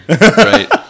right